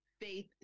Faith